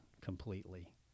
completely